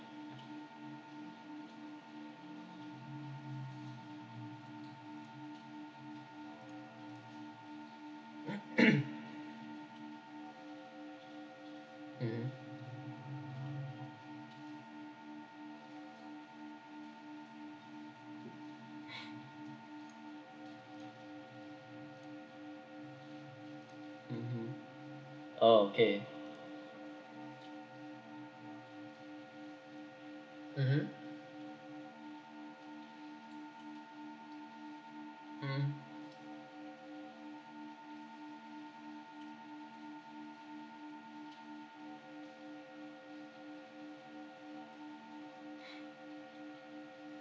mmhmm mmhmm okay mmhmm mm